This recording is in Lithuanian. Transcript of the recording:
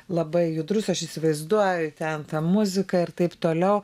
labai judrus aš įsivaizduoju ten tą muziką ir taip toliau